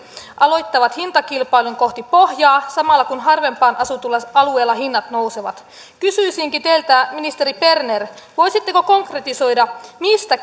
aloittavat hintakilpailun kohti pohjaa samalla kun harvempaan asutulla alueella hinnat nousevat kysyisinkin teiltä ministeri berner voisitteko konkretisoida mistä